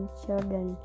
children